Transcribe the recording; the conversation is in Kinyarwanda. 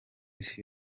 isi